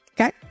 Okay